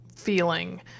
feeling